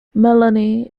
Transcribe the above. melanie